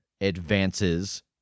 advances